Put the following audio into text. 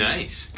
Nice